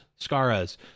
Scaras